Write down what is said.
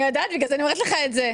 אני יודעת, בגלל זה אני אומרת לך את זה.